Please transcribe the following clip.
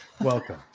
Welcome